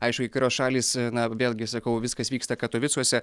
aišku kai kurios šalys na vėlgi sakau viskas vyksta katovicuose